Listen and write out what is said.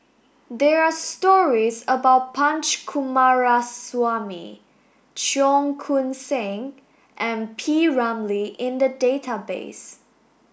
there are stories about Punch Coomaraswamy Cheong Koon Seng and P Ramlee in the database